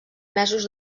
mesos